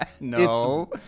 No